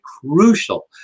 crucial